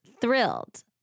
thrilled